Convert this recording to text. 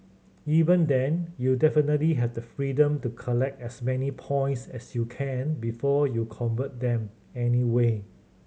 even then you definitely have the freedom to collect as many points as you can before you convert them anyway